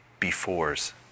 befores